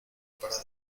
para